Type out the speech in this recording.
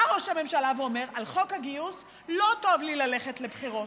בא ראש הממשלה ואומר: על חוק הגיוס לא טוב לי ללכת לבחירות.